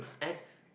and